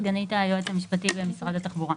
סגנית היועץ המשפטי במשרד התחבורה.